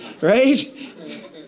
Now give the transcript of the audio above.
right